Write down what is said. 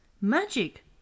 magic